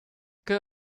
kerr